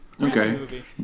Okay